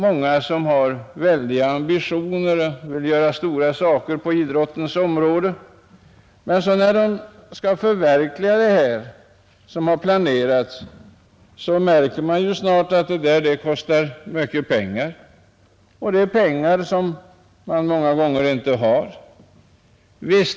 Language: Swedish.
Många har väldiga ambitioner och vill uträtta stora saker på idrottens område. När de sedan skall förverkliga sina planer, märker de ganska snart att det kostar mycket pengar. Många gånger står inte dessa pengar till förfogande.